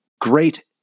great